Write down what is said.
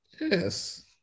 Yes